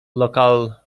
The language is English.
local